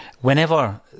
whenever